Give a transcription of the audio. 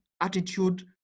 Attitude